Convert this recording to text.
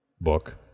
book